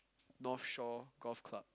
North shore Golf Club